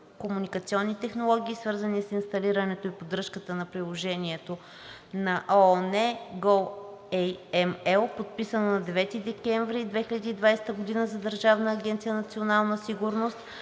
информационно-комуникационни технологии, свързани с инсталирането и поддръжката на приложението на ООН goAML, подписано на 9 декември 2020 г. за Държавна агенция „Национална сигурност“